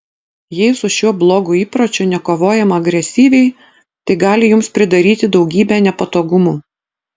jei su šiuo blogu įpročiu nekovojama agresyviai tai gali jums pridaryti daugybę nepatogumų